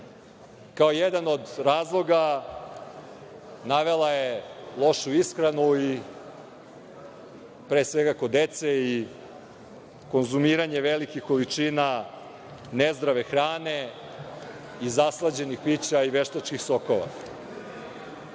Kao jedan od razloga navela je lošu ishranu i pre svega kod dece i konzumiranje velikih količina nezdrave hrane i zaslađenih pića i veštačkih sokova. Ti